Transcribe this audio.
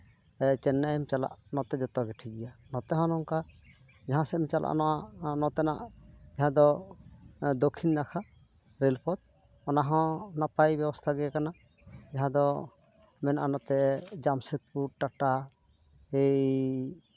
ᱥᱮ ᱪᱮᱱᱱᱟᱭᱮᱢ ᱪᱟᱞᱟᱜ ᱱᱚᱛᱮ ᱡᱚᱛᱚ ᱜᱮ ᱴᱷᱤᱠ ᱜᱮᱭᱟ ᱱᱚᱛᱮ ᱦᱚᱸ ᱱᱚᱝᱠᱟ ᱡᱟᱦᱟᱸ ᱥᱮᱡ ᱮᱢ ᱪᱟᱞᱟᱜ ᱱᱚᱛᱮᱱᱟᱜ ᱡᱟᱦᱟᱸ ᱫᱚ ᱫᱚᱠᱠᱷᱤᱱ ᱱᱟᱠᱷᱟ ᱨᱮᱹᱞ ᱯᱚᱛᱷ ᱚᱱᱟᱦᱚᱸ ᱱᱟᱯᱟᱭ ᱵᱮᱵᱚᱥᱛᱷᱟ ᱜᱮ ᱠᱟᱱᱟ ᱡᱟᱦᱟᱸ ᱫᱚ ᱢᱮᱱᱟᱜᱼᱟ ᱱᱚᱛᱮ ᱡᱟᱢᱥᱮᱫᱯᱩᱨ ᱴᱟᱴᱟ ᱮᱭ